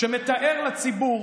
שמתארת לציבור